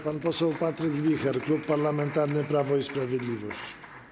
Pan poseł Patryk Wicher, Klub Parlamentarny Prawo i Sprawiedliwość.